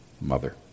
mother